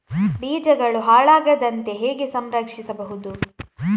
ಬೀಜಗಳು ಹಾಳಾಗದಂತೆ ಹೇಗೆ ಸಂರಕ್ಷಿಸಬಹುದು?